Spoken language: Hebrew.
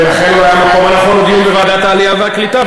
ולכן אולי המקום הנכון הוא דיון בוועדת העלייה והקליטה,